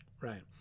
right